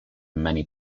many